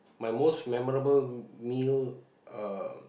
my most memorable meal uh